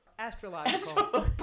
astrological